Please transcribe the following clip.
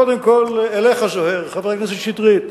קודם כול, אליך, חבר הכנסת שטרית: